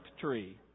tree